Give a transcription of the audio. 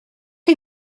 chi